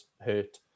hurt